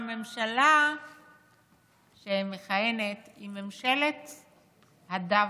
הממשלה שמכהנת היא ממשלת הדווקא.